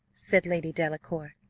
said lady delacour.